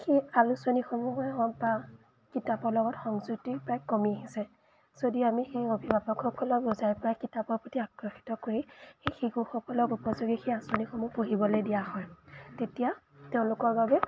সেই আলোচনীসমূহে হওক বা কিতাপৰ লগত সংযুক্তি প্ৰায় কমি আহিছে যদি আমি সেই অভিভাৱকসকলক বুজাই পৰাই কিতাপৰ প্ৰতি আকৰ্ষিত কৰি সেই শিশুসকলক উপযোগী সেই আলোচনীসমূহ পঢ়িবলৈ দিয়া হয় তেতিয়া তেওঁলোকৰ বাবে